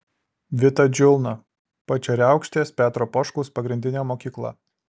vita džiulna pačeriaukštės petro poškaus pagrindinė mokykla